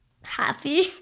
Happy